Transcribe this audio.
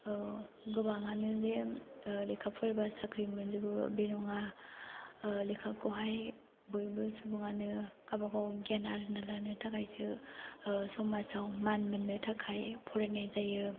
गोबाङानो जे लेखा फरायबा साख्रि मोनजोबो बे नङा लेखाखौहाय बयबो सुबुङानो गावबा गाव गियान आरजिनानै लानो थाखायसो समाजाव मान मोननो थाखाय फरायनाय जायो